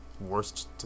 worst